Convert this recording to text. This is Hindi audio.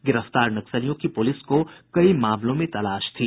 गिरफ्तार नक्सलियों की पुलिस को कई मामलों में तलाश थी